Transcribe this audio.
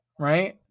right